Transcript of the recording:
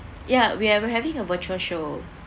ya we are we're having a virtual show